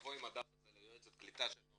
לבוא ליועץ הקליטה שלו